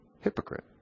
hypocrite